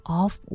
off